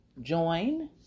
join